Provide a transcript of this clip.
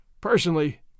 Personally